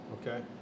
Okay